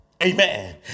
amen